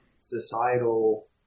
societal